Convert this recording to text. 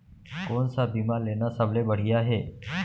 कोन स बीमा लेना सबले बढ़िया हे?